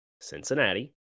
Cincinnati